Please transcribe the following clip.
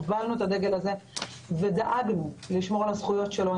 הובלנו את הדגל הזה ודאגנו לשמור על הזכויות שלהם.